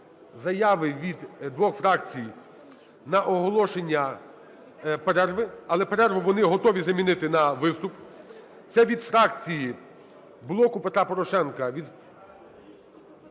заяви від двох фракцій на оголошення перерви, але перерву вони готові замінити на виступ, це від фракції "Блоку Петра Порошенка"